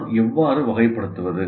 நான் எவ்வாறு வகைப்படுத்துவது